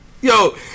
Yo